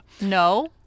No